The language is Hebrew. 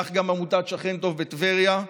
כך גם עמותת שכן טוב בטבריה,